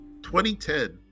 2010